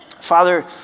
Father